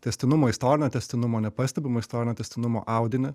tęstinumo istorinio tęstinumo nepastebimo istorinio tęstinumo audinį